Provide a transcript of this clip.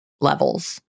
levels